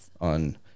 on